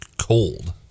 cold